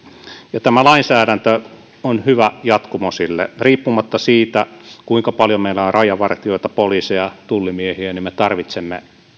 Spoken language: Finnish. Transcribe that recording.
tämä lainsäädäntö on hyvä jatkumo sille riippumatta siitä kuinka paljon meillä on rajavartijoita poliiseja tullimiehiä me tarvitsemme